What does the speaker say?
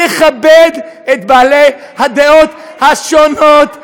לכבד את בעלי הדעות השונות,